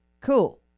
cool